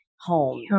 home